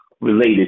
related